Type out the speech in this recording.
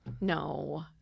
No